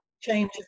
change